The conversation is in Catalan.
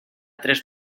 tres